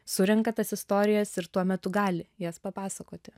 surenka tas istorijas ir tuo metu gali jas papasakoti